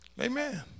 Amen